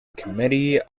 committee